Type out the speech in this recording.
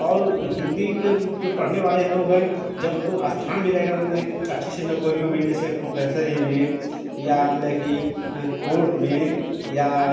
और हिन्दी के जो पढ़ने वाले लोग हैं जब उनको स्थान मिलेगा मने कि अच्छी सी नौकरियों में जैसे प्रोफेसरी में या मतलब कि कोर्ट में या